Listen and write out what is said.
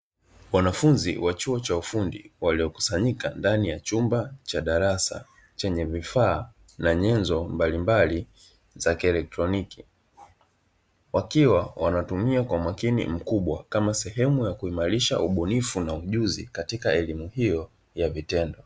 Wanafunzi wa chuo cha ufundi waliokusanyika ndani ya chumba cha darasa, chenye vifaa na nyenzo mbalimbali za kielekitroniki, wakiwa wanatumia kwa umakini mkubwa kama sehemu ya kuimarisha ubunifu na ujuzi, katika elimu hiyo ya vitendo.